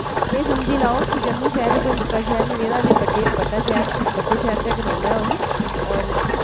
एह् समझी लाओ कि जम्मू शैह्र बी कोई निक्का शैह्र निं रेह्दा एह् कि बड्डे बड्डा शैह्र च बड्डे शैह्र च गिनोंदा ऐ हून और